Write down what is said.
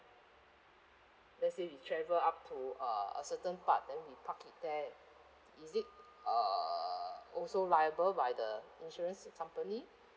let's say we travel up to uh a certain part then we park it there is it uh also liable by the insurance company